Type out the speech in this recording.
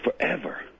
forever